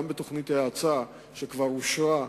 גם בתוכנית האצה שכבר אושרה,